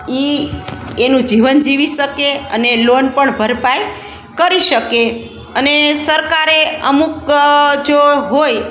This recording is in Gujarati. એ એનું જીવન જીવી શકે અને લોન પણ ભરપાઈ કરી શકે અને સરકારે અમુક જો હોય